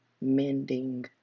mending